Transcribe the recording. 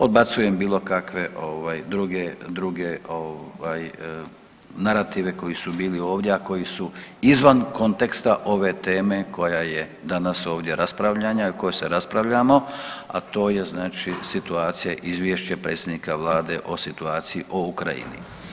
Odbacujem bilo kakve ovaj druge, druge ovaj narative koji su bili ovdje, a koji su izvan konteksta ove teme koja je danas ovdje raspravljana i o kojoj se raspravljamo, a to je znači situacija izvješće predsjednika vlade o situaciji o Ukrajini.